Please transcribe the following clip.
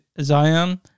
Zion